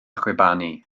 chwibanu